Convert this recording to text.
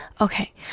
okay